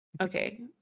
Okay